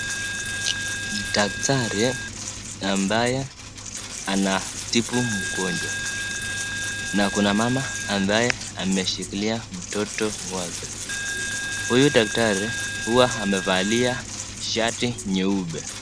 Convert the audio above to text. Ni daktari ambaye anamtibu mgonjwa na kuna mama ambaye ameshikilia mtoto mmoja, huyu daktari huwa amevalia shati nyeupe.